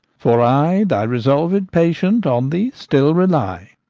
for i, thy resolv'd patient, on thee still rely.